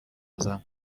ازم